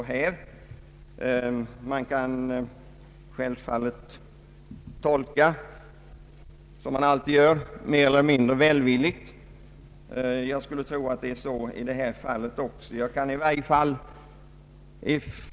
Man kan självfallet — som man alltid gör — tolka mer eller mindre välvilligt. Jag skulle tro att man gjort en välvillig tolkning i detta fall.